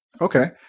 Okay